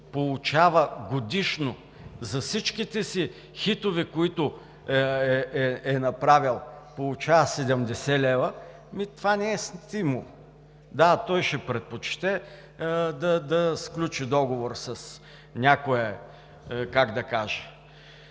композитор за всичките си хитове, които е направил, получава годишно 70 лв., това не е стимул. Да, той ще предпочете да сключи договор с някое, как да кажа,